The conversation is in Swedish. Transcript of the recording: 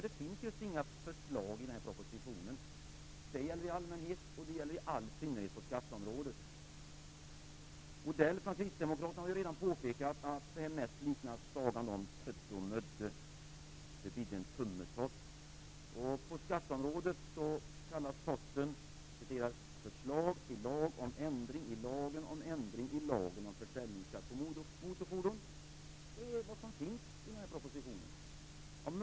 Det finns just inga förslag i denna proposition. Det gäller i allmänhet, och det gäller i all synnerhet på skatteområdet. Mats Odell från kristdemokraterna har ju redan påpekat att det mest liknar sagan om Tödde och Mödde. Det bidde en tummetott. På skatteområdet kallas totten "förslag till lag om ändring i lagen om försäljningsskatt på motorfordon". Det är vad som finns i propositionen.